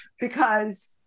because-